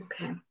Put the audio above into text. Okay